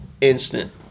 instant